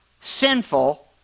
sinful